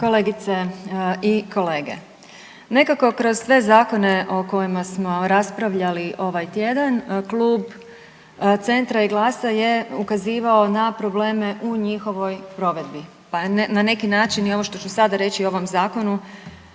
Kolegice i kolege. Nekako kroz sve zakone o kojima smo raspravljali ovaj tjedan, Klub Centra i GLAS-a je ukazivao na probleme u njihovoj provedbi, pa je na neki način i ovo što ću sada reći o ovom Zakonu